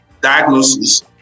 diagnosis